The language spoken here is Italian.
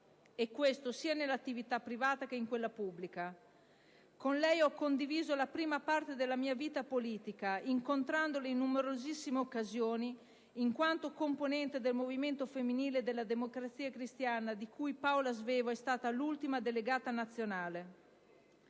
credeva, nell'attività sia privata che pubblica. Con lei ho condiviso la prima parte della mia vita politica, incontrandola in numerosissime occasioni, in quanto componente del movimento femminile della Democrazia cristiana, di cui Paola Svevo è stata l'ultima delegata nazionale.